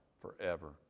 forever